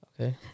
okay